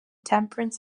temperance